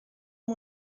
amb